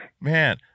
man